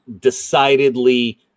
decidedly